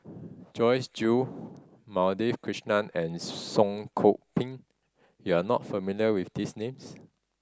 Joyce Jue Madhavi Krishnan and Song Koon Poh you are not familiar with these names